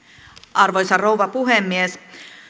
arvoisa rouva puhemies